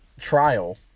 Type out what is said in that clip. trial